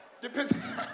depends